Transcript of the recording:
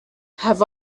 have